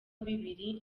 bibiri